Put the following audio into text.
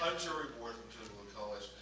ah jerry ward college.